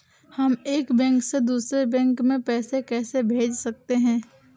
हम एक बैंक से दूसरे बैंक में पैसे कैसे भेज सकते हैं?